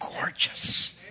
Gorgeous